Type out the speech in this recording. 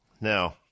now